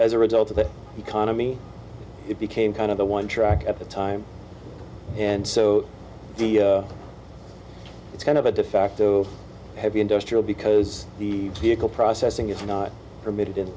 as a result of the economy it became kind of the one track at the time and so it's kind of a de facto heavy industrial because the vehicle processing is not permitted